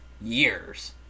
years